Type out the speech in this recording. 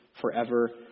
forever